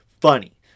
funny